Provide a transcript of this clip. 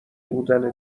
بودن